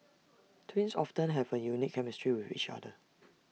twins often have A unique chemistry with each other